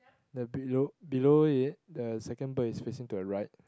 the below below ya the second bird is facing to the right